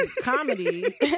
comedy